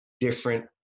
different